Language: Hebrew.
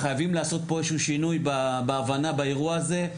חייבים לעשות פה איזשהו שינוי בהבנה באירוע הזה.